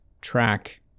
track